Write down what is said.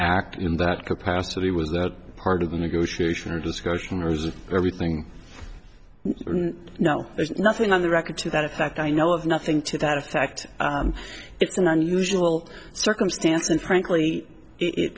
act in that capacity was that part of the negotiation or discussion or is it everything no there's nothing on the record to that effect i know of nothing to that effect it's an unusual circumstance and frankly